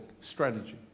strategy